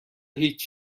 هیچ